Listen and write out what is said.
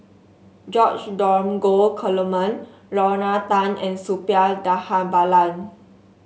George Dromgold Coleman Lorna Tan and Suppiah Dhanabalan